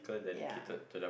ya